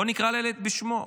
בואו נקרא לילד בשמו,